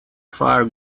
far